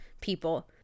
people